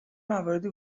مواردی